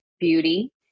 beauty